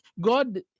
god